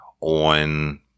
on